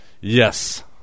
Yes